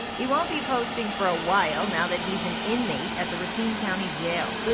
he won't be posting for awhile now that he's an inmate at the racine county jail.